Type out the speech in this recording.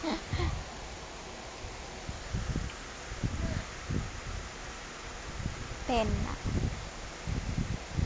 ten ah